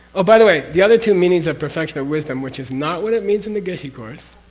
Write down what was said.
oh, by the way, the other two meanings of perfection of wisdom, which is not what it means in the geshe course